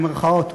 במירכאות,